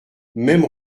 même